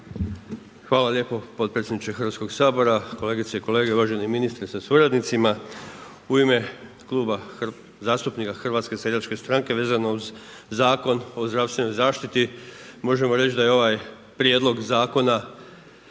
Hvala lijepo potpredsjedniče Hrvatskog sabora, kolegice i kolege, uvaženi ministre sa suradnicima. U ime Kluba zastupnika HSS-a vezano uz Zakon o zdravstvenoj zaštiti, možemo reći da je ovaj prijedlog zakona